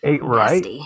right